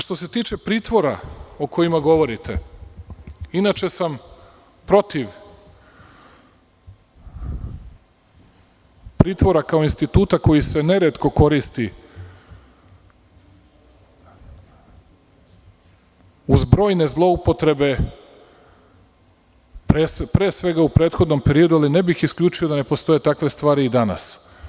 Što se tiče pritvora o kojima govorite, inače sam protiv pritvora, kao instituta, koji se neretko koristi uz brojne zloupotrebe, pre svega u prethodnom periodu, ali ne bih isključio da ne postoje takve stvari i danas.